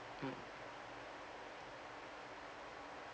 mm